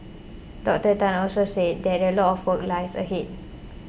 Doctor Tan also said that a lot of work lies ahead